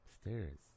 stairs